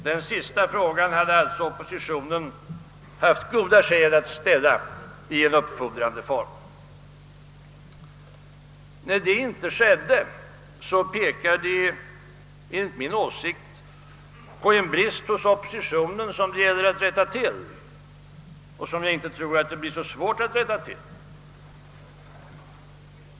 Den sista frågan har oppositio nen haft goda skäl att ställa i uppfordrande form. När så inte skett, pekar det enligt min åsikt på en brist hos oppositionen, som det gäller att rätta till och som jag inte tror att det blir svårt att rätta till.